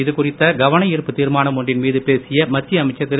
இது குறித்த கவன ஈர்ப்புத் தீர்மானம் ஒன்றின் மீது பேசிய மத்திய அமைச்சர் திரு